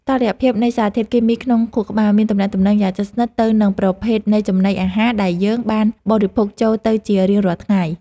តុល្យភាពនៃសារធាតុគីមីក្នុងខួរក្បាលមានទំនាក់ទំនងយ៉ាងជិតស្និទ្ធទៅនឹងប្រភេទនៃចំណីអាហារដែលយើងបានបរិភោគចូលទៅជារៀងរាល់ថ្ងៃ។